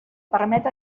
permet